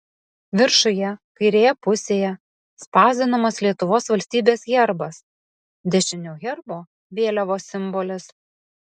viršuje kairėje pusėje spausdinamas lietuvos valstybės herbas dešiniau herbo vėliavos simbolis